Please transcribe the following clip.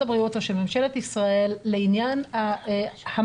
הבריאות או של ממשלת ישראל לעניין המסכות,